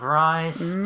rice